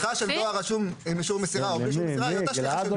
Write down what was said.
השליחה של דואר רשום עם אישור מסירה היא אותה שליחה.